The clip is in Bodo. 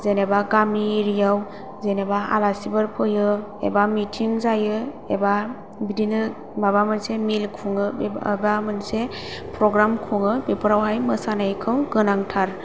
जेनोबा गामि एरियायाव जेनोबा आलासिफोर फैयो एबा मिटिं जायो एबा बिदिनो माबा मोनसे मेल खुङो बा मोनसे प्रग्राम खुङो बेफोरावहाय मोसानायखौ गोनांथार